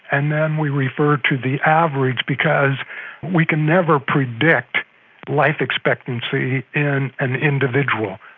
and then we refer to the average, because we can never predict life expectancy in an individual.